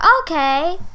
Okay